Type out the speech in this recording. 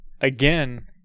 again